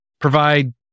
provide